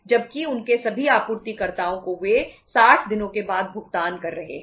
जबकि उनके सभी आपूर्तिकर्ताओं को वे 60 दिनों के बाद भुगतान कर रहे हैं